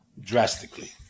drastically